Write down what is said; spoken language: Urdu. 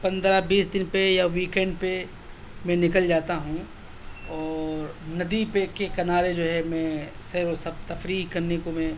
پندرہ بیس دن پہ یا ویکنڈ پہ میں نکل جاتا ہوں اور ندی پہ کے کنارے جو ہے میں سیر و سپ تفریح کرنے کو میں